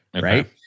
Right